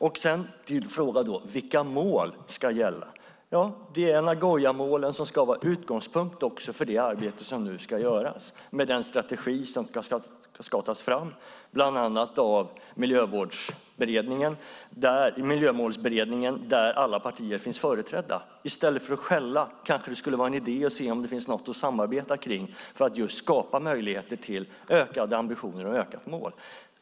När det gäller din fråga om vilka mål som ska gälla är det Nagoyamålen som ska vara utgångspunkt också för det arbete som nu ska göras med den strategi som ska tas fram bland annat av Miljömålsberedningen, där alla partier finns företrädda. I stället för att skälla kanske det skulle vara en idé att se om det finns något att samarbeta omkring för att skapa möjligheter till ökade ambitioner och ökade mål.